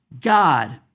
God